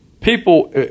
people